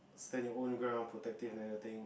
stand in own ground protective and everything